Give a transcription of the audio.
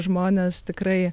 žmonės tikrai